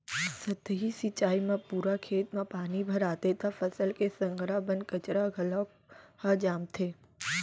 सतही सिंचई म पूरा खेत म पानी भराथे त फसल के संघरा बन कचरा घलोक ह जामथे